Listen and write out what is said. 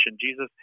Jesus